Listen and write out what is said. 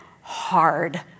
hard